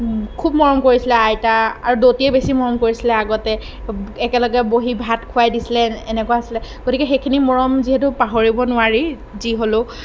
খুব মৰম কৰিছিলে আইতা আৰু দৌতিয়ে বেছি মৰম কৰিছিলে আগতে একেলগে বহি ভাত খুৱাই দিছিলে এনেকুৱা আছিলে গতিকে সেইখিনি মৰম যিহেতু পাহৰিব নোৱাৰি যি হ'লেও